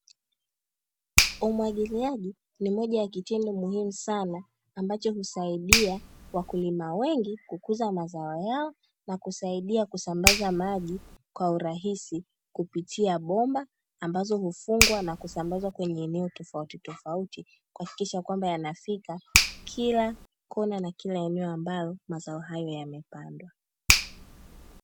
Umwagiliaji ni moja ya kitendo muhimu sana, ambacho husaidia wakulima wengi kukuza mazao yao na kusaidia kusambaza maji kwa urahisi kupitia bomba, ambazo hufungwa na kusambazwa kwenye eneo tofauti tofauti, kuhakikisha kwamba yanafika kila kona na kila eneo ambalo mazao hayo yamepandwa.